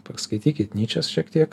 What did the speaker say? paskaitykit nyčės šiek tiek